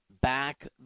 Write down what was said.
back